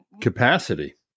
capacity